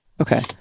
okay